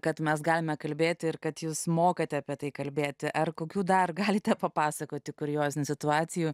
kad mes galime kalbėti ir kad jūs mokate apie tai kalbėti ar kokių dar galite papasakoti kuriozinių situacijų